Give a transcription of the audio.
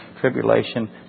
tribulation